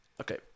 okay